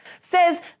says